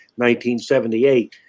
1978